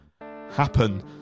happen